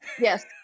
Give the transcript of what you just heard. Yes